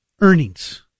earnings